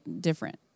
different